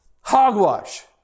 Hogwash